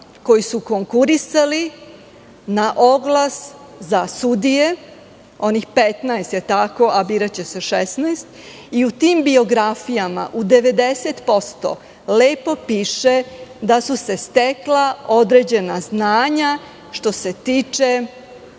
koji konkurisali na oglas za sudije onih 15, a biraće se 16 i u tim biografijama u 90% lepo piše da su se stekla određena znanja što se tiče